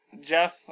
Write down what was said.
Jeff